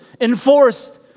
enforced